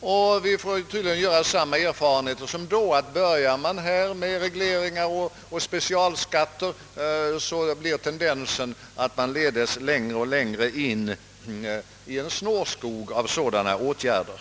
och får väl göra samma erfarenheter som under världskriget: börjar man med regleringar och specialskatter, blir tendensen att man leds längre och längre in i en snårskog av sådana åtgärder.